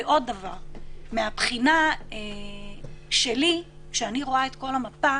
ועוד דבר, מהבחינה שלי, כשאני רואה את כל המפה